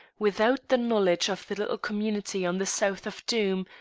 without the knowledge of the little community on the south of doom,